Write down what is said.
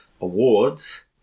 awards